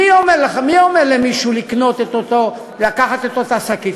מי אומר למישהו לקנות, לקחת את אותה שקית?